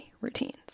routines